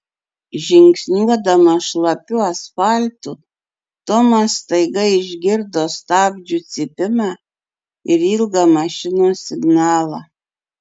žingsniuodamas šlapiu asfaltu tomas staiga išgirdo stabdžių cypimą ir ilgą mašinos signalą